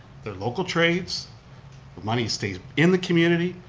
they're local trades, the money stays in the community,